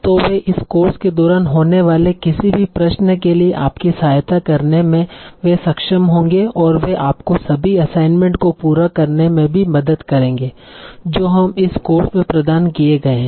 तो वे इस कोर्स के दौरान होने वाले किसी भी प्रश्न के लिए आपकी सहायता करने में वे सक्षम होंगे और वे आपको सभी असाइनमेंट को पूरा करने में भी मदद करेंगे जो हम इस कोर्स में प्रदान किये गए है